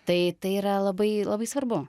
tai tai yra labai labai svarbu